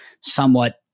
somewhat